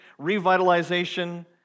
revitalization